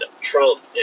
Trump